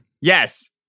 Yes